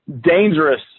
dangerous